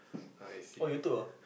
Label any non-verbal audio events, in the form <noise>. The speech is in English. <breath> oh you took ah